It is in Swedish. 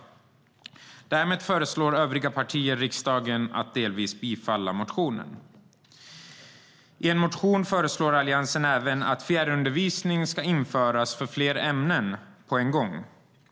Därmed föreslår övriga partier i riksdagen att motionen delvis ska bifallas.I en motion föreslår Alliansen även att fjärrundervisning ska införas för fler ämnen på en gång.